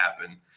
happen